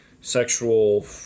sexual